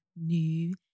new